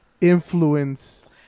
influence